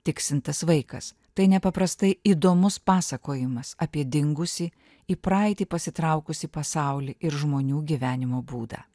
tiksintis vaikas tai nepaprastai įdomus pasakojimas apie dingusį į praeitį pasitraukusį pasaulį ir žmonių gyvenimo būdą